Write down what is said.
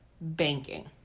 banking